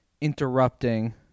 interrupting-